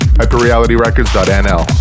hyperrealityrecords.nl